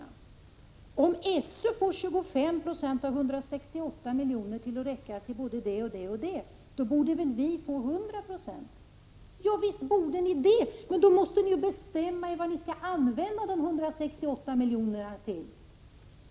Larz Johansson säger: Om SÖ kan få 25 920 av 168 miljoner att räcka till både den ena och den andra åtgärden, då borde vi få 100 96 av beloppet att räcka till så mycket mer. Ja, visst borde ni det! Men då måste ni bestämma er för vad ni skall använda de 168 miljonerna till.